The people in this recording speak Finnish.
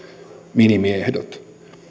minimiehdot